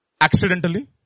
accidentally